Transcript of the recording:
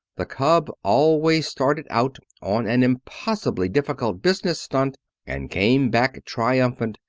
the cub always started out on an impossibly difficult business stunt and came back triumphant,